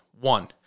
one